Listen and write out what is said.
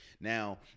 Now